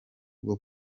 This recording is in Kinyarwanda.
bwo